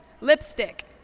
lipstick